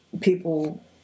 people